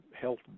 health